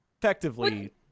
Effectively